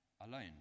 alone